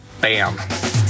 Bam